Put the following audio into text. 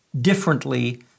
differently